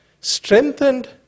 strengthened